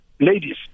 Ladies